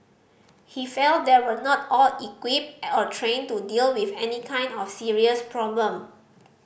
he felt they were not all equipped or trained to deal with any kind of serious problem